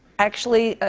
actually,